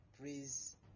Please